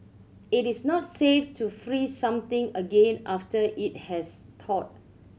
it is not safe to freeze something again after it has thawed